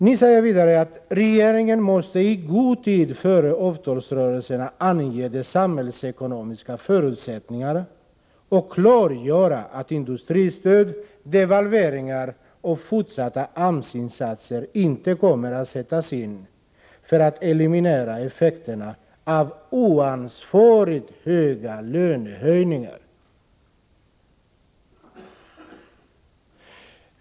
Ni säger vidare att regeringen i god tid före avtalsrörelserna måste ange de samhällsekonomiska förutsättningarna och klargöra att industristöd, devalveringar och fortsatta AMS-insatser inte kommer att sättas in för att eliminera effekterna av oansvarigt höga löneökningar.